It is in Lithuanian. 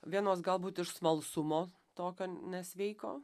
vienos galbūt iš smalsumo tokio nesveiko